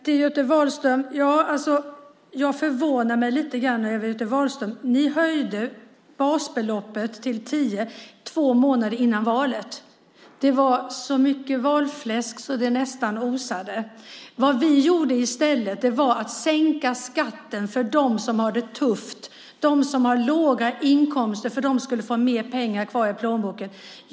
Till Göte Wahlström vill jag säga att jag förvånas lite. Ni höjde till tio basbelopp två månader innan valet. Det var så mycket valfläsk så att det nästan osade. Vad vi gjorde i stället var att sänka skatten för att de med låga inkomster som har det tufft skulle få mera pengar kvar i plånboken.